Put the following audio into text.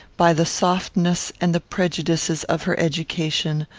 by the softness and the prejudices of her education,